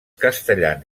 castellans